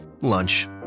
Lunch